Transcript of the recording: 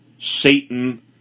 Satan